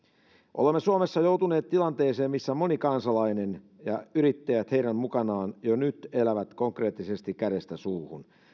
olemme suomessa joutuneet tilanteeseen missä moni kansalainen ja yrittäjät heidän mukanaan jo nyt elävät konkreettisesti kädestä suuhun